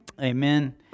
Amen